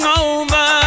over